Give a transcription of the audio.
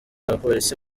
abapolisi